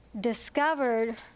discovered